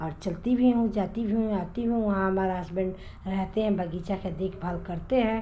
और चलती भी हूँ जाती भी हूँ आती हूँ वहाँ हमारा हसबेन्ड रहते हैं बगीचा का देखभाल करते हैं